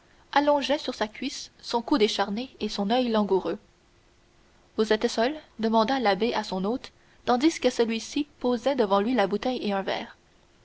allongeait sur sa cuisse son cou décharné et son oeil langoureux vous êtes seul demanda l'abbé à son hôte tandis que celui-ci posait devant lui la bouteille et un verre